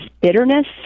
bitterness